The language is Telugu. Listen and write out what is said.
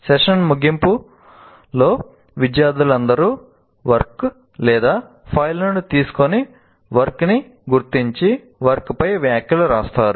సెషన్ ముగింపులో విద్యార్థులందరి వర్క్ ఫైళ్ళను తీసుకొని వర్క్ ని గుర్తించి వర్క్ పై వ్యాఖ్యలు వ్రాస్తారు